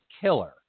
killer